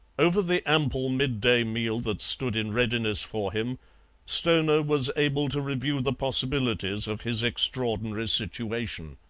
over the ample midday meal that stood in readiness for him stoner was able to review the possibilities of his extraordinary situation.